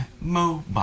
mobile